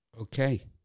Okay